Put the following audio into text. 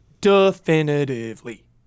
definitively